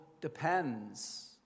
depends